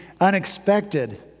unexpected